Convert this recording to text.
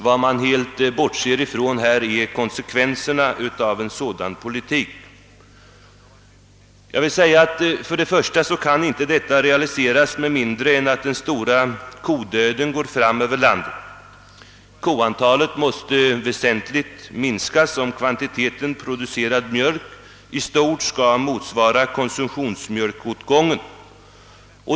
Vad man här helt bortser från är konsekvenserna av en sådan politik. Den kan inte realiseras med mindre än att den stora kodöden går fram över landet; koantalet måste väsentligt minskas om kvantiteten producerad mjölk i stort skall motsvara konsumtionsmjölkåtgången.